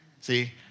See